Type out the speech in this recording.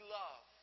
love